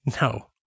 no